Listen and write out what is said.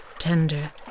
Tender